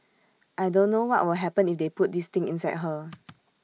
I don't know what will happen if they put this thing inside her